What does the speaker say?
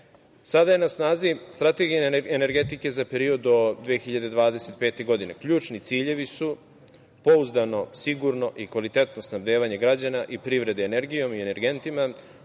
Sada je na snazi Strategija energetike za period do 2025. godine. Ključni ciljevi su pouzdano, sigurno i kvalitetno snabdevanje građana i privrede energijom i energentima,